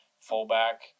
fullback